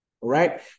right